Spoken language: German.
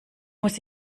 muss